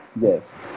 yes